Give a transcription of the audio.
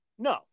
No